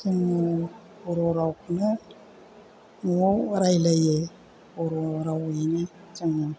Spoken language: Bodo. जोङो बर' रावखौनो न'आव रायलायो बर' रावैनो जोङो